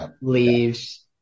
leaves